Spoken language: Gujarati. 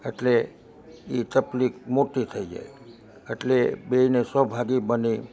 એટલે ઇ તકલીફ મોટી થઈ જાય એટલે બંને સ્વભાગી બને